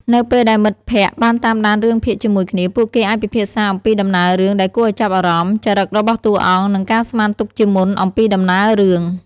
នៅពេលដែលមិត្តភក្តិបានតាមដានរឿងភាគជាមួយគ្នា ពួកគេអាចពិភាក្សាអំពីដំណើររឿងដែលគួរឲ្យចាប់អារម្មណ៍ ចរិតរបស់តួអង្គ និងការស្មានទុកជាមុនអំពីដំណើររឿង។